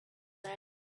that